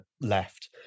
left